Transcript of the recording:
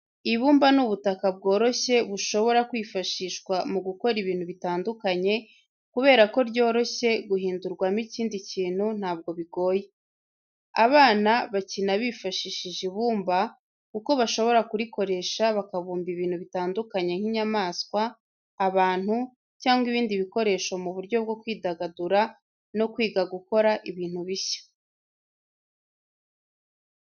Ibumba ni ubutaka bworoshye bushobora kwifashishwa mu gukora ibintu bitandukanye, kubera ko ryoroshye guhindurwamo ikindi kintu ntabwo bigoye. Abana bakina bifashishije ibumba kuko bashobora kurikoresha bakabumba ibintu bitandukanye nk'inyamaswa, abantu, cyangwa ibindi bikoresho mu buryo bwo kwidagadura no kwiga gukora ibintu bishya.